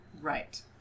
right